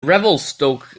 revelstoke